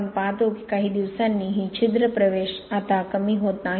आपण पाहतो की काही दिवसांनी ही छिद्र प्रवेश आता कमी होत नाही